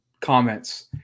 comments